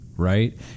right